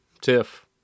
tiff